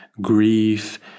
grief